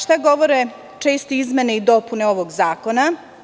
Šta govore česte izmene i dopune ovog zakona?